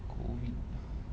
COVID